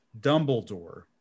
Dumbledore